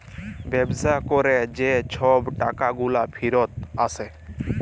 ব্যবসা ক্যরে যে ছব টাকাগুলা ফিরত আসে